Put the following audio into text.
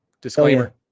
disclaimer